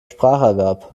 spracherwerb